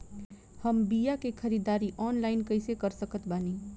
हम बीया के ख़रीदारी ऑनलाइन कैसे कर सकत बानी?